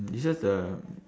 it's just the